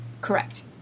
Correct